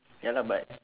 ya lah but